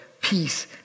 peace